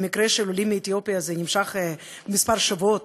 במקרה של עולים מאתיופיה זה נמשך כמה שבועות,